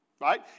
right